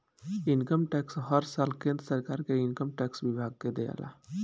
income tax हर साल केंद्र सरकार के इनकम टैक्स विभाग के दियाला